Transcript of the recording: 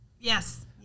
yes